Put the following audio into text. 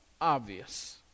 obvious